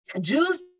Jews